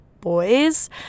boys